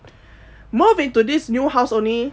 move into this new house only